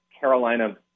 Carolina